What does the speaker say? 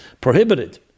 prohibited